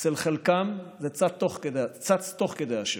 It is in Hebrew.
אצל חלקם זה צץ תוך כדי השירות,